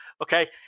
okay